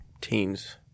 teens